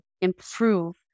improve